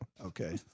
Okay